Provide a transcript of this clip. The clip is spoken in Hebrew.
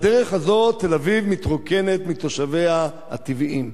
בדרך הזאת תל-אביב מתרוקנת מתושביה הטבעיים.